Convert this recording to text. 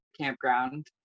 campground